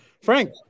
Frank